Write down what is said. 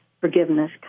forgiveness